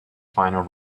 final